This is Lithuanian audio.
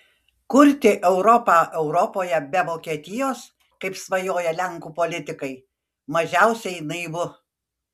kurti europą europoje be vokietijos kaip svajoja lenkų politikai mažiausiai naivu